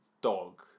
dog